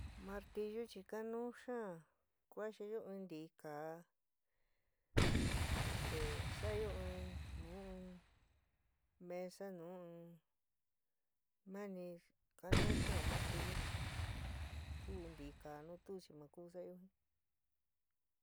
Martillú chi kanuú xaán kuaxiyó in ntikáá esté sa'ayo in nu in mesa nu in mani kanú xaán martillú ja kuú in ntikáá nu tu chi ma ku sa'ayo jin.